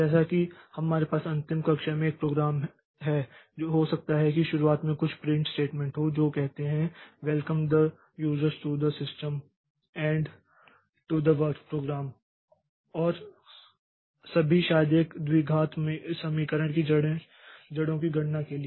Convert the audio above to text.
जैसा कि हमारे पास अंतिम कक्षा में एक प्रोग्राम है हो सकता है कि शुरुआत में कुछ प्रिंट स्टेटमेंट हो जो कहते हैं welcome the users to the system and to the work program और सभी शायद एक द्विघात समीकरण की जड़ों की गणना के लिए